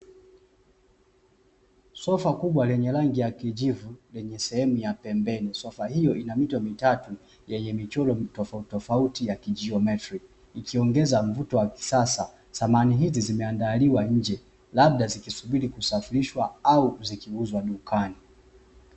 Sofa kubwa lenye rangi ya kijivu lenye sehemu ya pembeni sofa hilo lina mito mitatu yenye michoro tofauti tofauti ya kijiometri ikiongeza mvuto wa kisasa, samani hizi zimeandaliwa nje zikisubiri kusafirishwa ama kuuzwa.